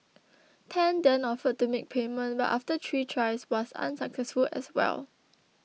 Tan then offered to make payment but after three tries was unsuccessful as well